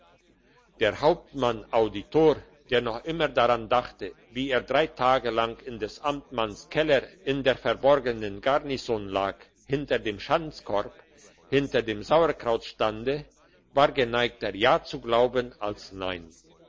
der hauptmann auditor der noch immer daran dachte wie er drei tage lang in des amtmanns keller in der verborgenen garnison lag hinter dem schanzkorb hinter dem sauerkrautstande war geneigter ja zu glauben als nein